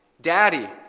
Daddy